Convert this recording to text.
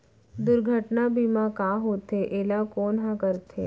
दुर्घटना बीमा का होथे, एला कोन ह करथे?